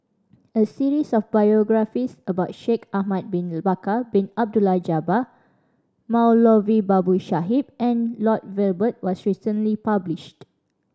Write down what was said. a series of biographies about Shaikh Ahmad Bin Bakar Bin Abdullah Jabbar Moulavi Babu Sahib and Lloyd Valberg was recently published